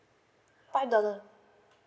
five dollar